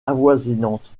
avoisinantes